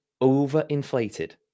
over-inflated